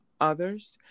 others